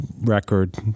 record